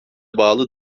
bağlı